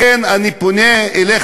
לכן אני פונה אליך,